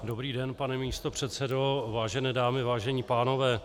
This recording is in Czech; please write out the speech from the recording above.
Dobrý den, pane místopředsedo, vážené dámy, vážení pánové.